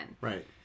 Right